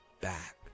back